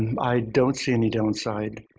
i don't see any downside.